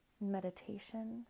meditation